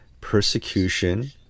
persecution